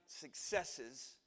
successes